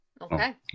Okay